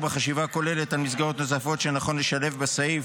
בחשיבה כוללת על מסגרות נוספות שנכון לשלב בסעיף,